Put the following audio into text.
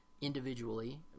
individually